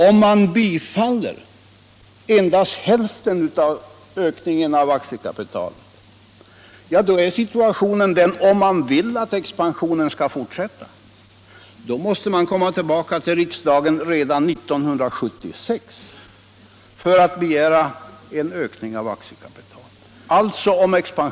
Om man bifaller endast hälften av ökningen av aktiekapitalet blir situationen den, om man vill att expansionen skall fortsätta, att vi måste komma tillbaka till riksdagen redan 1976 för att begära en ökning av aktiekapitalet.